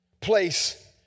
place